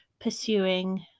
pursuing